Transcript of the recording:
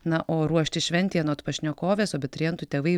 na o ruoštis šventei anot pašnekovės abiturientų tėvai